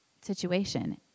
situation